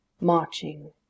marching